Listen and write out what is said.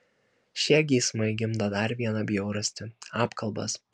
šie geismai gimdo dar vieną bjaurastį apkalbas